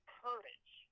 courage